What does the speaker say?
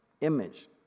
image